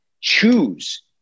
Choose